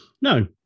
no